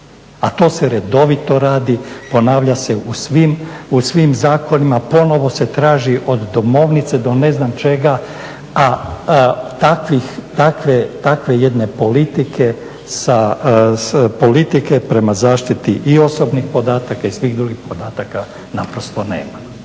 a to se redovito radi, ponavlja se u svim zakonima, ponovo se traži od domovnice do ne znam čega, a takve jedne politike prema zaštiti i osobnih podataka i svih drugih podataka naprosto nema.